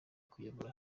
kuyobora